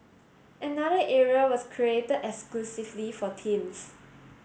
another area was created exclusively for teens